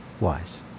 Wise